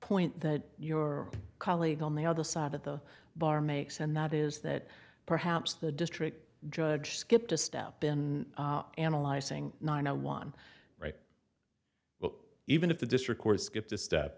point that your colleague on the other side of the bar makes and that is that perhaps the district judge skipped a step in analyzing nine zero one right well even if the district court skipped a step